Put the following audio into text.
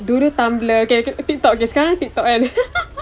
dulu tumblr okay tiktok sekarang tiktok kan